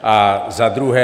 A za druhé.